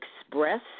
express